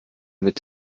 mit